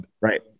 Right